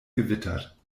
gewittert